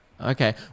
Okay